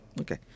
Okay